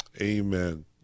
Amen